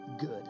good